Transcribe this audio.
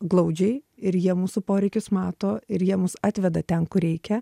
glaudžiai ir jie mūsų poreikius mato ir jie mus atveda ten kur reikia